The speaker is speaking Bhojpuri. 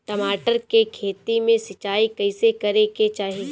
मटर के खेती मे सिचाई कइसे करे के चाही?